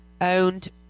owned